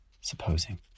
supposing